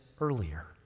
earlier